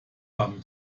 haben